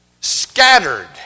Scattered